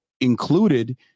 included